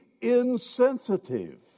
insensitive